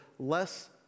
less